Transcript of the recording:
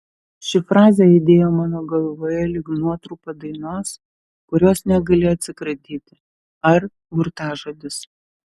ši frazė aidėjo mano galvoje lyg nuotrupa dainos kurios negali atsikratyti ar burtažodis